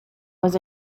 was